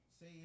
say